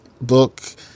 book